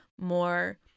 more